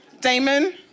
Damon